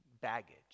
baggage